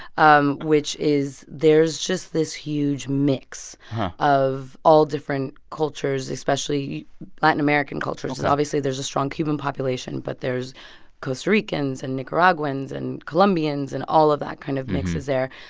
um which is there's just this huge mix of all different cultures, especially latin american cultures. and obviously, there's a strong cuban population, but there's costa ricans and nicaraguans and colombians, and all of that kind of mix is there,